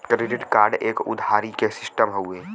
credit एक उधारी के सिस्टम हउवे